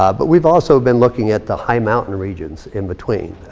ah but we've also been looking at the high mountain regions in between.